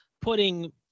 putting